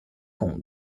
血统